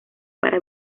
para